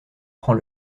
prend